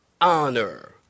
honor